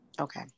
Okay